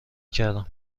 کردم